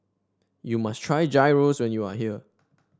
you must try Gyros when you are here